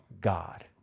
God